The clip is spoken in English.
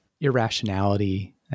irrationality